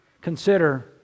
consider